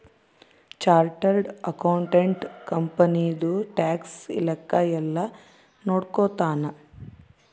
chartered accountant ಕಂಪನಿದು tax ಲೆಕ್ಕ ಯೆಲ್ಲ ನೋಡ್ಕೊತಾನ